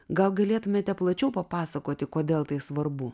gal galėtumėte plačiau papasakoti kodėl tai svarbu